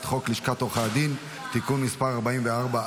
חוק לשכת עורכי הדין (תיקון מס' 44),